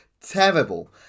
terrible